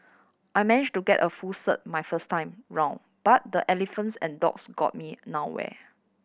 I managed to get a full cert my first time round but the elephants and dogs got me nowhere